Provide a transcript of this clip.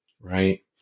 right